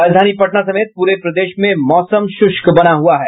राजधानी पटना समेत पूरे प्रदेश में मौसम शुष्क बना हुआ है